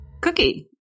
Cookie